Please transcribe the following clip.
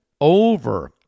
over